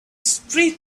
spread